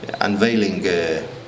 unveiling